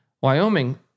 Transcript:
Wyoming